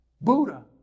Buddha